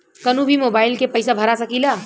कन्हू भी मोबाइल के पैसा भरा सकीला?